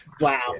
Wow